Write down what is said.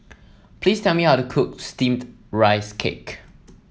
please tell me how to cook steamed Rice Cake